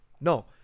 no